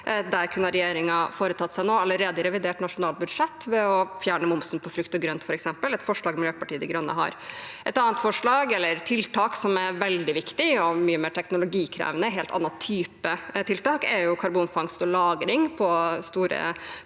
Der kunne regjeringen ha foretatt seg noe allerede i forbindelse med revidert nasjonalbudsjett ved f.eks. å fjerne momsen på frukt og grønt, som er et forslag Miljøpartiet De Grønne har. Et annet forslag eller tiltak som er veldig viktig og mye mer teknologikrevende, og som er en helt annen type tiltak, er karbonfangst og -lagring ved store